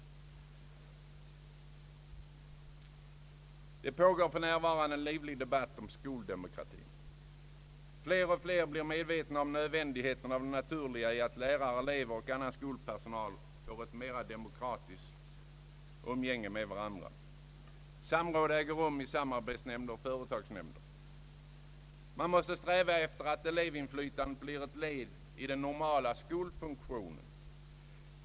Det pågår för närvarande en livlig debatt om skoldemokrati. Fler och fler blir medvetna om nödvändigheten av och det naturliga i att lärare, elever och annan skolpersonal får ett mera demokratiskt umgänge med varandra. Samråd äger rum i samarbetsnämnder och företagsnämnder. Man måste sträva efter att elevinflytandet blir ett led i den normala skolledningsfunktionen.